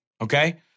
Okay